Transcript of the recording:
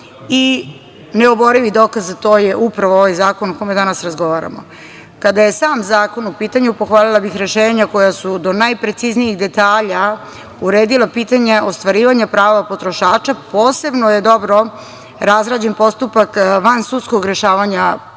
i neoborivi dokaz za to je upravo ovaj zakon o kojem danas razgovaramo. Kada je sam zakon u pitanju, pohvalila bih rešenja koja su do najpreciznijih detalja uredila pitanja ostvarivanja prava potrošača. Posebno je dobro razrađen postupak vansudskog rešavanja potrošačkih